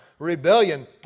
Rebellion